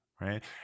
right